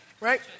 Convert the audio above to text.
right